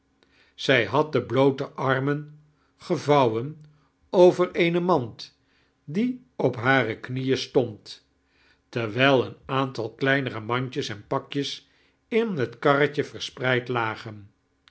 zij had de bloote annen gevouwen over eene mand die op hare kndeen stond terwijl een aantal kleinero mandjes en pakjes in het karretje verspreid lagen